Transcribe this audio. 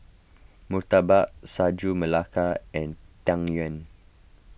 Murtabak Sagu Melaka and Tang Yuen